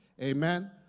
Amen